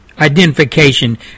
identification